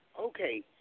Okay